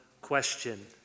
question